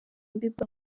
bieber